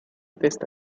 testa